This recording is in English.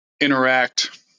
interact